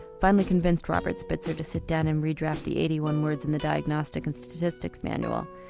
finally convinced robert spitzer to sit down and redraft the eighty one words in the diagnostic and statistics manual,